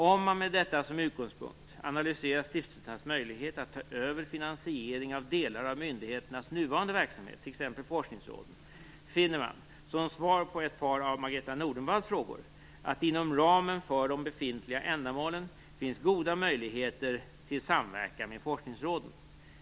Om man med detta som utgångspunkt analyserar stiftelsernas möjlighet att ta över finansiering av delar av myndigheternas nuvarande verksamhet, t.ex. forskningsråden, finner man, som svar på ett par av Margareta E Nordenvalls frågor, att det inom ramen för de befintliga ändamålen finns goda möjligheter till samverkan med forskningsråden.